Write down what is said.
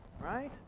Right